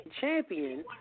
champion